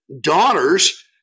daughters